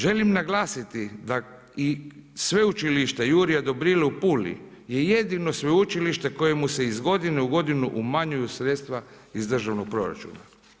Želim naglasiti da i Sveučilište Jurija Dobrile u Puli je jedino sveučilište kojemu se iz godine u godinu umanjuju sredstva iz državnog proračuna.